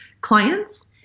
clients